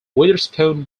witherspoon